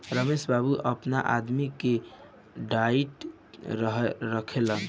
रमेश बाबू आपना आदमी के डाटऽत रहलन